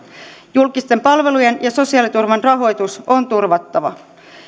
julkisten palvelujen ja sosiaaliturvan rahoitus on turvattava